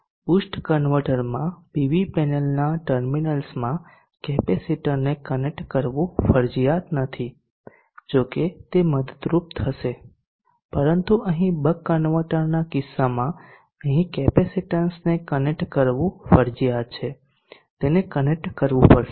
boost કન્વર્ટરમાં PV પેનલના ટર્મિનલ્સમાં કેપેસિટરને કનેક્ટ કરવું ફરજિયાત નથી જોકે તે મદદરૂપ થશે પરંતુ અહીં બક કન્વર્ટરના કિસ્સામાં અહીં કેપેસિટેન્સને કનેક્ટ કરવું ફરજિયાત છે તેને કનેક્ટ કરવું પડશે